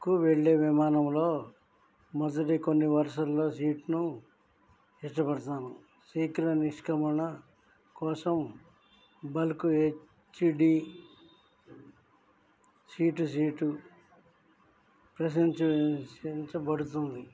కు వెళ్ళే విమానంలో మొదటి కొన్ని వరుసలలో సీట్ను ఇష్టపడతాను శీఘ్ర నిష్క్రమణ కోసం బల్క్ హెచ్డి సీటు సీటు ప్రశంసించబడుతుంది